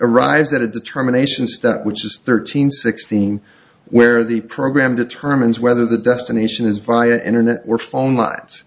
arrives at a determination step which is thirteen sixteen where the program determines whether the destination is via internet or phone lines